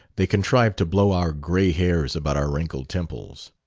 they contrive to blow our gray hairs about our wrinkled temples.